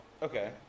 Okay